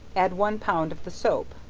add one pound of the soap.